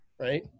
Right